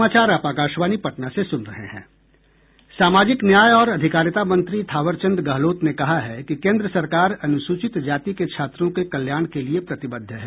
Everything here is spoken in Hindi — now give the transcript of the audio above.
सामाजिक न्याय और अधिकारिता मंत्री थावरचंद गहलोत ने कहा है कि केंद्र सरकार अनुसूचित जाति के छात्रों के कल्याण के लिए प्रतिबद्ध है